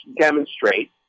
demonstrate